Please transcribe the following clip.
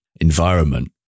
environment